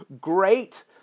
great